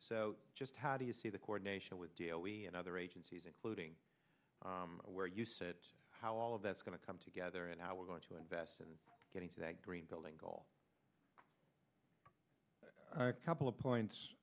so just how do you see the coordination with d l we and other agencies including where you sit how all of that's going to come together and how we're going to invest in getting to that green building goal couple of